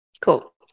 Cool